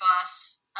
bus